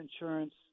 insurance